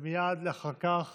מייד אחר כך